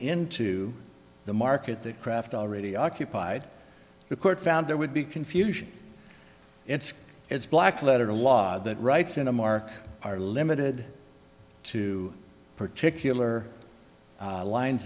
into the market that kraft already occupied the court found there would be confusion it's it's black letter law that writes in a market are limited to particular lines